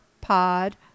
pod